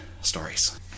stories